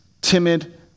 timid